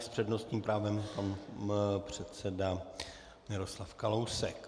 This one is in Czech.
S přednostním právem pan předseda Miroslav Kalousek.